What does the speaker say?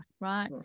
right